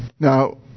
Now